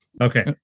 Okay